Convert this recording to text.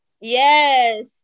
Yes